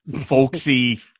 folksy